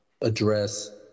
address